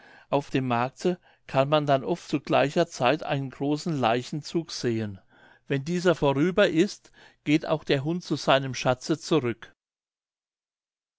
auf dem markte kann man dann oft zu gleicher zeit einen großen leichenzug sehen wenn dieser vorüber ist geht auch der hund zu seinem schatze zurück